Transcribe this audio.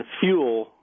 fuel